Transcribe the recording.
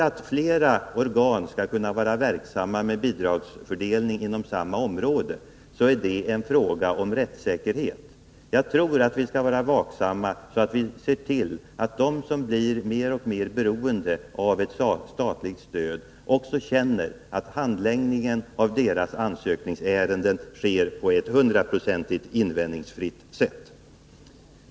Att flera organ skall kunna vara verksamma med bidragsfördelning inom samma område är en fråga om rättssäkerhet. Jag tror att vi skall vara vaksamma så att vi ser till att de som är beroende av statligt stöd också känner att handläggningen av deras ansökningsärenden sker på ett hundraprocentigt invändningsfritt sätt.